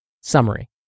Summary